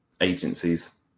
agencies